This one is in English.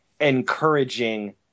encouraging